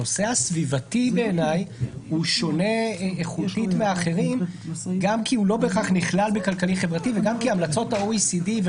הנושא הסביבתי שונה איכותית מאחרים גם כי הוא לא נכלל בהכרח בכלכלי חברתי